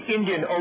Indian